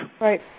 Right